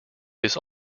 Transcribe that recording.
this